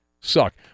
Suck